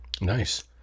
Nice